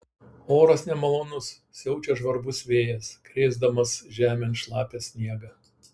oras nemalonus siaučia žvarbus vėjas krėsdamas žemėn šlapią sniegą